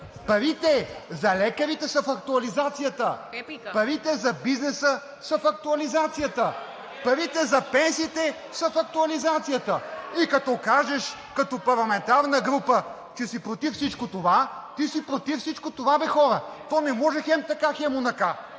Парите за лекарите са в актуализацията, парите за бизнеса са в актуализацията, парите за пенсиите са в актуализацията, и като кажеш като парламентарна група, че си против всичко това, ти си против всичко това бе, хора!? То не може хем така, хем онака.